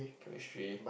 Chemistry